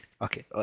Okay